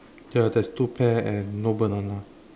ya there's two pear and no banana